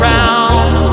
Round